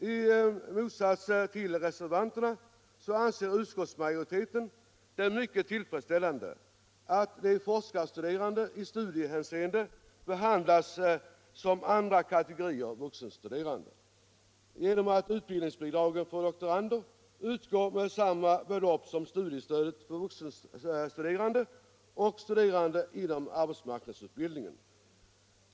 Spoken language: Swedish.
I motsats till reservanterna anser utskottsmajoriteten att det är mycket tillfredsställande att de forskarstuderande i studiehänseende be handlas som andra kategorier vuxenstuderande, vilket sker genom att utbildningsbidraget till doktorander utgår med samma belopp som studiestödet till vuxenstuderande och studerande inom arbetsmarknadsutbildningen.